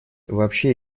вообще